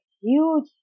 huge